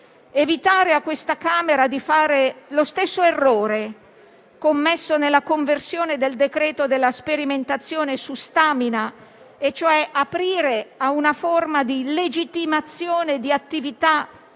evitare a questa Camera di fare lo stesso errore commesso nella conversione del decreto della sperimentazione su Stamina e cioè aprire a una forma di legittimazione di attività esoteriche